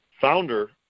founder